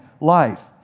life